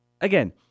Again